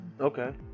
Okay